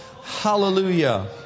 Hallelujah